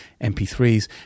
MP3s